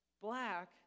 black